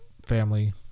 family